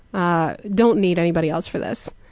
i don't need anybody else for this?